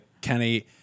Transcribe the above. Kenny